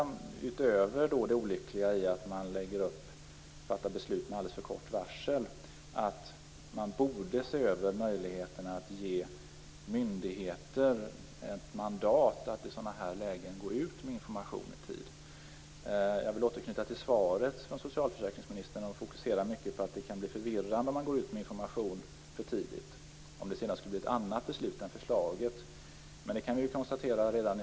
Det är alltså olyckligt att man fattar beslut med alldeles för kort varsel. Men man borde också se över möjligheterna att ge myndigheterna ett mandat att i sådana här lägen gå ut med information i tid. Jag vill återknyta till svaret från socialförsäkringsministern, där hon fokuserar mycket att det kan bli förvirrande om man går ut med information för tidigt om det sedan skulle bli ett annat beslut än det som man har föreslagit.